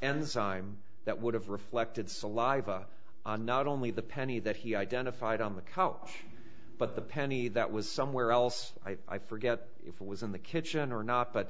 and sime that would have reflected saliva on not only the penny that he identified on the couch but the penny that was somewhere else i forget if it was in the kitchen or not but